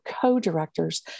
co-directors